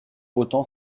votant